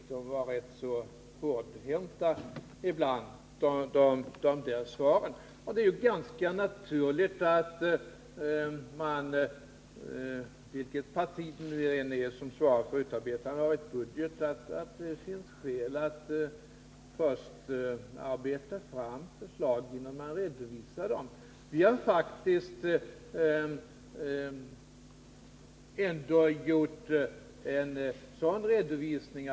De svaren var rätt hårdföra ibland. Det är ganska naturligt, vilket parti det än är som svarar för utarbetandet av en budget, att först vilja arbeta fram förslagen innan man redovisar dem. Vi har faktiskt ändå lämnat en form av redovisning.